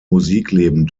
musikleben